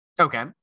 Okay